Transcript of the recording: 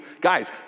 Guys